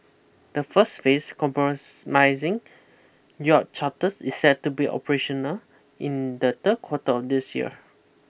the first phase compromising yacht charters is set to be operational in the third quarter of this year